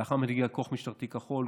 לאחר מכן הגיע כוח משטרתי כחול.